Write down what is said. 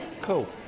Cool